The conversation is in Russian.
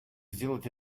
сделать